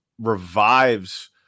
revives